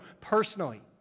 personally